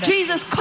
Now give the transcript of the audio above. Jesus